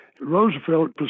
Roosevelt